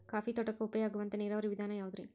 Coffee ತೋಟಕ್ಕ ಉಪಾಯ ಆಗುವಂತ ನೇರಾವರಿ ವಿಧಾನ ಯಾವುದ್ರೇ?